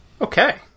Okay